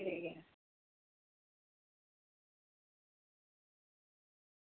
ठीक ऐ